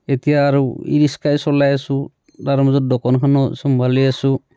এতিয়া আৰু ই ৰিক্সাই চলাই আছো তাৰ মাজত দোকনখানো চম্ভালি আছো